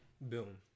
Boom